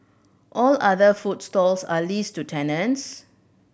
all other food stalls are leased to tenants